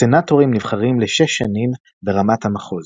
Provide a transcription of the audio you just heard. הסנאטורים נבחרים ל-6 שנים ברמת המחוז.